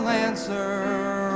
answer